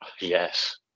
Yes